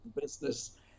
business